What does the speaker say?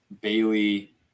Bailey